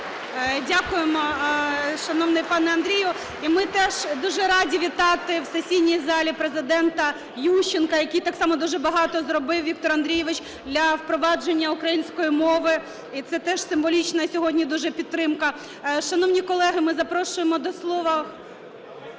Дякуємо, шановний пане Андрію. І ми теж дуже раді вітати в сесійній залі Президента Ющенка, який так само дуже багато зробив, Віктор Андрійович, для впровадження української мови, і це теж символічна сьогодні дуже підтримка. Шановні колеги, ми запрошуємо до слова…